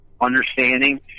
understanding